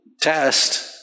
test